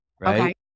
right